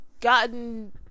gotten